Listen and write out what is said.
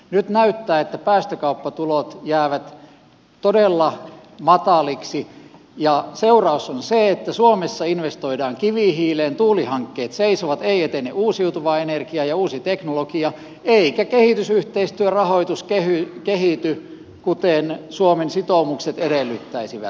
nyt näyttää että päästökauppatulot jäävät todella mataliksi ja seuraus on se että suomessa investoidaan kivihiileen tuulihankkeet seisovat ei etene uusiutuva energia ja uusi teknologia eikä kehitysyhteistyörahoitus kehity kuten suomen sitoumukset edellyttäisivät